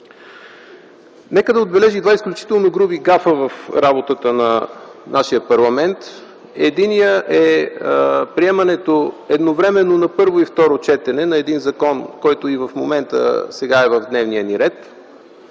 Нека да отбележа и два изключително груби гафа в работата на нашия парламент. Единият е приемането едновременно на първо и второ четене на един закон, който и в момента е в дневния ни ред,